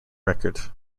record